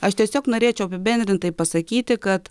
aš tiesiog norėčiau apibendrintai pasakyti kad